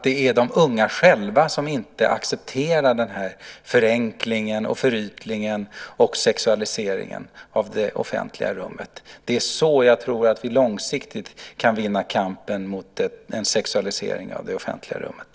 Det är de unga själva som inte accepterar den här förenklingen, förytligandet och sexualiseringen av det offentliga rummet. Det är så jag tror att vi långsiktigt kan vinna kampen mot en sexualisering av det offentliga rummet.